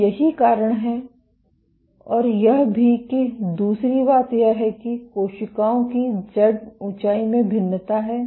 तो यही कारण है और यह भी कि दूसरी बात यह है कि कोशिकाओं की जेड ऊंचाई में भिन्नता है